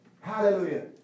Hallelujah